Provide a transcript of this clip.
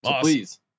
Please